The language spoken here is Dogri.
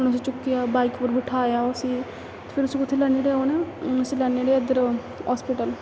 हून उसी चुक्केआ बाइक पर बठाया उसी फिर उसी कुत्थै लैआनी लेआ उ'नें उसी लेआनी लेई इद्धर हास्पिटल